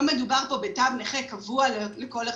לא מדובר פה בתו נכה קבוע לכל החיים.